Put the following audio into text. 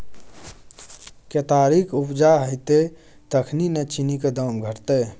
केतारीक उपजा हेतै तखने न चीनीक दाम घटतै